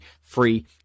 free